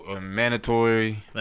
Mandatory